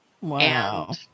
Wow